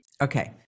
Okay